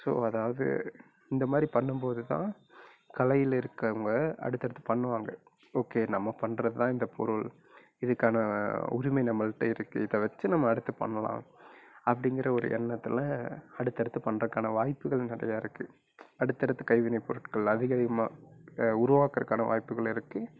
so அதாவது இந்த மாதிரி பண்ணும்போது தான் கலையில இருக்கவங்க அடுத்தடுத்து பண்ணுவாங்க ஓகே நம்ம பண்றது தான் இந்த பொருள் இதுக்கான உரிமை நம்மகிட்ட இருக்குது இதை வச்சு நம்ம அடுத்து பண்ணலாம் அப்படிங்கிற ஒரு எண்ணத்தில் அடுத்து அடுத்து பண்றதுக்கான வாய்ப்புகளும் நிறையா இருக்குது அடுத்து அடுத்து கைவினை பொருட்கள் அதிக அதிகமாக உருவாக்கறதுக்கான வாய்ப்புகளும் இருக்குது